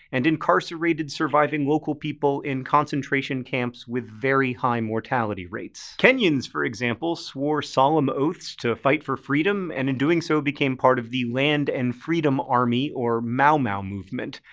and incarcered surviving local people in concentration camps with very high mortality rates. kenyans, for example, swore solemn oaths to fight for freedom and in doing so became part of the land and freedom army or mau mau movement.